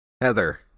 Heather